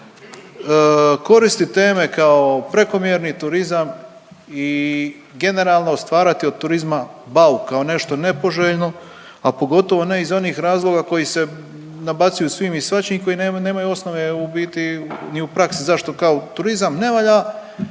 koristit teme kao prekomjerni turizam i generalno stvarati od turizma bauk kao nešto nepoželjno, a pogotovo ne iz onih razloga koji se nabacuju svim i svačim koji nemaju osnove u biti ni u praksi zašto kao turizam ne valja